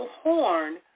horn